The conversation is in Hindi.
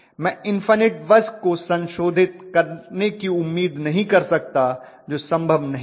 मैं इन्फनिट बस को संशोधित करने की उम्मीद नहीं कर सकता जो संभव नहीं है